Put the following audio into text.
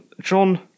John